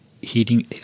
Heating